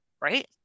right